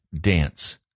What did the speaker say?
dance